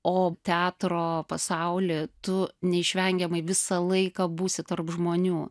o teatro pasauly tu neišvengiamai visą laiką būsi tarp žmonių